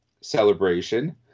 celebration